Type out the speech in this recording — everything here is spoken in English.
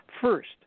First